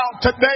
today